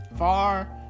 Far